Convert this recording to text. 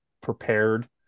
prepared